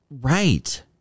Right